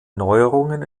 neuerungen